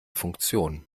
funktion